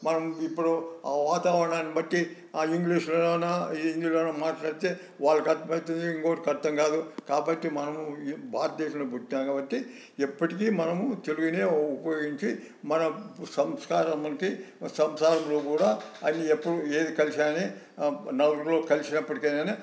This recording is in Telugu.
మనం ఇప్పుడు వాతావరణాన్ని బట్టి ఆ ఇంగ్లీషులోనా హిందీలోనా మాట్లాడితే వాళ్ళకి అర్థమవుతుంది ఇంకొకరికి అర్థం కాదు కాబట్టి మనము భారతదేశంలో పుట్టాము కాబట్టి ఎప్పటికీ మనము తెలుగునే ఉపయోగించి మన సంస్కారానికి సంసారంలో కూడా అన్నీ ఎప్పుడూ ఏది కలిసిన సరే నలుగురు కలిసినప్పటికైనా కానీ